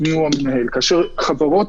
לאפשר,